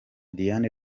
diane